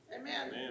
Amen